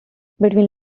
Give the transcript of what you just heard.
between